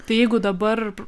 tai jeigu dabar